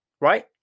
right